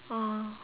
oh